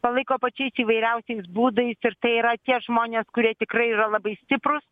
palaiko pačiais įvairiausiais būdais ir tai yra tie žmonės kurie tikrai yra labai stiprūs